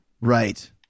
Right